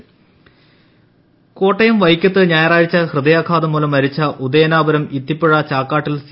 Covid Kottayam Kottayam വൈക്കത്ത് ഞായറാഴ്ച ഹൃദയാഘാതം മൂലം മരിച്ച ഉദയനാപുരം ഇത്തിപ്പുഴ ചാക്കാട്ടിൽ സി